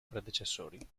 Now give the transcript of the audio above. predecessori